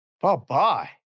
Bye-bye